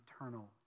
eternal